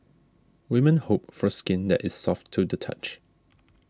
women hope for skin that is soft to the touch